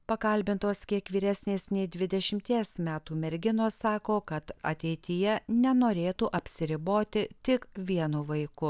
pakalbintos kiek vyresnės nei dvidešimties metų merginos sako kad ateityje nenorėtų apsiriboti tik vienu vaiku